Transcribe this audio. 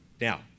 Now